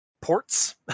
ports